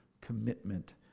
commitment